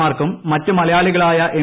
മാർക്കും മറ്റ് മലയാളികളായ എം